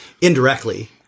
indirectly